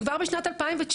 שכבר בשנת 2019,